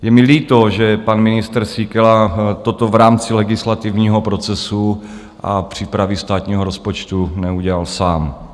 Je mi líto, že pan ministr Síkela toto v rámci legislativního procesu a přípravy státního rozpočtu neudělal sám.